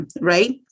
right